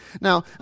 Now